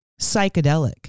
psychedelic